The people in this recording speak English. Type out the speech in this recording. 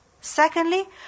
Secondly